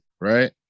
right